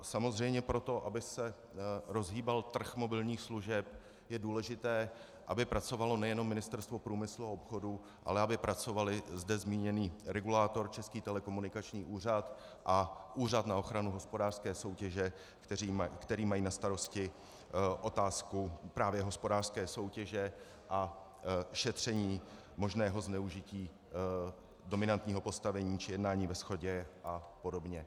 Samozřejmě pro to, aby se rozhýbal trh mobilních služeb, je důležité, aby pracovalo nejenom Ministerstvo průmyslu a obchodu, ale aby pracoval i zde zmínění regulátor, Český telekomunikační úřad, a Úřad na ochranu hospodářské soutěže, kteří mají na starosti otázku právě hospodářské soutěže a šetření možného zneužití dominantního postavení či jednání ve shodě a podobně.